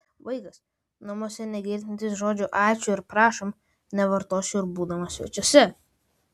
vaikas namuose negirdintis žodžių ačiū ir prašom nevartos jų ir būdamas svečiuose